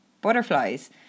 butterflies